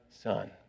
son